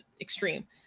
extreme